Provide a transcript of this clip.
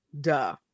duh